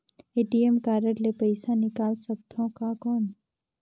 ATM card ले पइसा निकाल सकथे थव कौन?